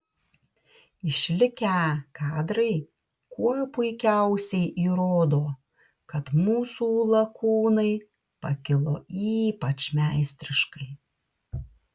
išlikę kadrai kuo puikiausiai įrodo kad mūsų lakūnai pakilo ypač meistriškai